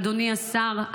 אדוני השר,